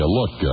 look